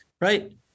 right